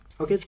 Okay